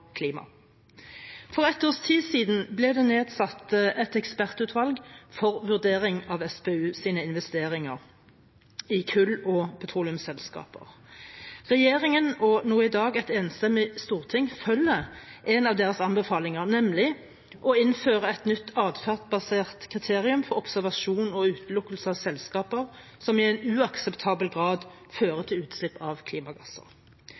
klima. For et års tid siden ble det nedsatt et ekspertutvalg for vurdering av SPUs investeringer i kull- og petroleumsselskaper. Regjeringen – og nå i dag et enstemmig storting – følger en av deres anbefalinger, nemlig å innføre et nytt adferdsbasert kriterium for observasjon og utelukkelse av selskaper som i en uakseptabel grad fører til utslipp av klimagasser.